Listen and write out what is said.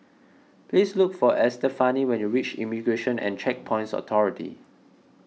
please look for Estefani when you reach Immigration and Checkpoints Authority